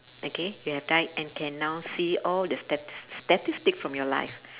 okay you have died and can now see all the stat~ statistic from your life